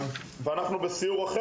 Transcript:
אבל כעבור זמן מה בו